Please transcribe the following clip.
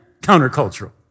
countercultural